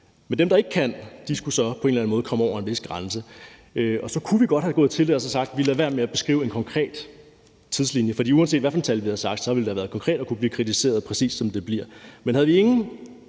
en eller anden måde have en vis grænse. Vi kunne godt have gået sådan til det, at vi havde sagt, at vi lader være med at beskrive en konkret tidslinje. For uanset hvilket tal vi havde sagt, ville det have været konkret og ville kunne blive kritiseret, præcis som det bliver.